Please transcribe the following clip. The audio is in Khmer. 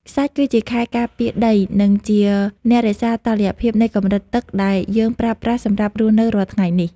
ខ្សាច់គឺជាខែលការពារដី និងជាអ្នករក្សាតុល្យភាពនៃកម្រិតទឹកដែលយើងប្រើប្រាស់សម្រាប់រស់នៅរាល់ថ្ងៃនេះ។